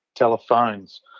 telephones